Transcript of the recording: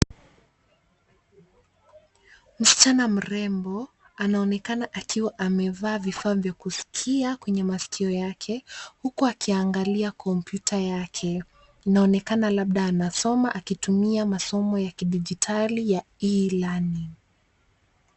Msichana mrembo anaonekana akiwa amevaa vifaa vya kusikia kwenye masikio yake, huku akiangalia kompyuta yake. Inaonekana labda anasoma akitumia masomo ya kidijitali ya e-learning .